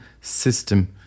system